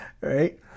Right